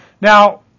Now